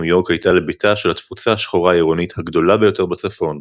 ניו יורק הייתה לביתה של התפוצה השחורה העירונית הגדולה ביותר בצפון.